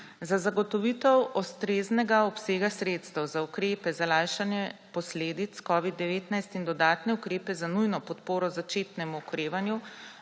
Za zagotovitev ustreznega obsega sredstev za ukrepe za lajšanje posledic covida-19 in dodatne ukrepe za nujno podporo začetnemu okrevanju